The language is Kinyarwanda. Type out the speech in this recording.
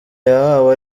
yahawe